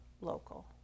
local